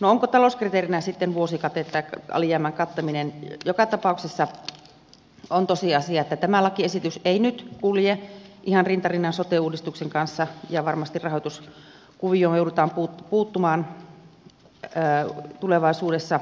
no oli talouskriteerinä sitten vuosikate tai alijäämän kattaminen joka tapauksessa on tosiasia että tämä lakiesitys ei nyt kulje ihan rinta rinnan sote uudistuksen kanssa ja varmasti rahoituskuvioon joudutaan puuttumaan tulevaisuudessa